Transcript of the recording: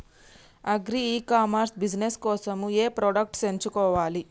Agri e commerce business కోసము ఏ products ఎంచుకోవాలి?